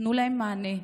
תנו להם מענה,